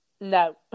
No